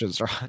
right